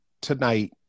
tonight